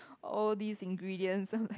all this ingredient some like